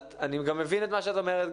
אני גם מבין את מה שאת אומרת,